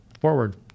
forward